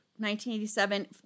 1987